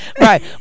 Right